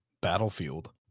Battlefield